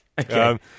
okay